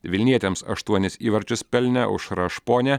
vilnietėms aštuonis įvarčius pelnė aušra šponė